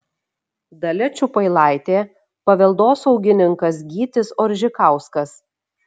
dalia čiupailaitė paveldosaugininkas gytis oržikauskas